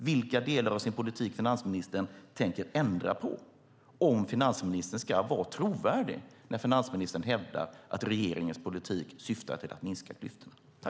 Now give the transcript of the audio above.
Vilka delar av sin politik tänker finansministern ändra på om han ska vara trovärdig när han hävdar att regeringens politik syftar till att minska klyftorna?